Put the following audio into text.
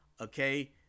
okay